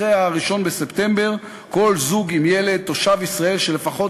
אחרי 1 בספטמבר כל זוג עם ילד תושב ישראל שלפחות